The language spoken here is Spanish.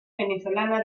venezolana